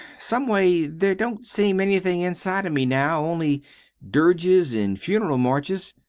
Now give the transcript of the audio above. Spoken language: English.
some way, there don't seem anything inside of me now only dirges an' funeral marches.